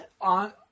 on